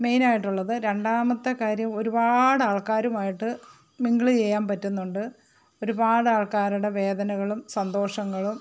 main ആയിട്ടുള്ളത് രണ്ടാമത്തെ കാര്യം ഒരുപാട് ആള്ക്കാരുമായിട്ട് മിങ്കിള് ചെയ്യാന് പറ്റുന്നുണ്ട് ഒരുപാട് ആള്ക്കാരുടെ വേദനകളും സന്തോഷങ്ങളും